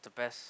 the best